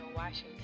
Washington